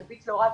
הרביץ להוריו